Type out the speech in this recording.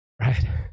Right